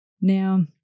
Now